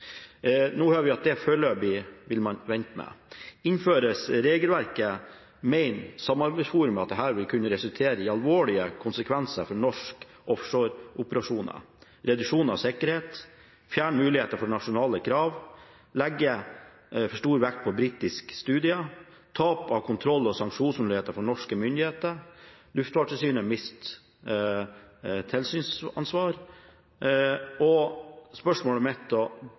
Nå hører vi at det vil man foreløpig vente med. Innføres regelverket, mener samarbeidsforumet at det vil kunne få alvorlige konsekvenser for norske offshoreoperasjoner: reduksjon av sikkerhet, fjerne muligheter for nasjonale krav, legge for stor vekt på britiske studier, tap av kontroll og sanksjonsmuligheter for norske myndigheter, Luftfartstilsynet mister tilsynsansvar. Spørsmålet mitt